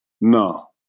no